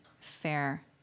fair